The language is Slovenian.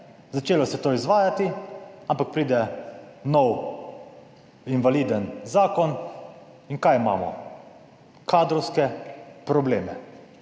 začelo se je to izvajati, ampak pride nov invaliden zakon - in kaj imamo? Kadrovske probleme.